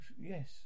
yes